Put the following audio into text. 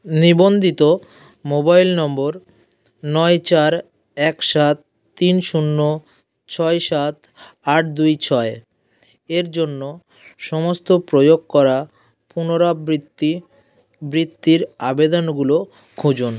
নিবন্ধিত মোবাইল নম্বর নয় চার এক সাত তিন শূন্য ছয় সাত আট দুই ছয় এর জন্য সমস্ত প্রয়োগ করা পুনরাবৃত্তি বৃত্তির আবেদনগুলো খুঁজুন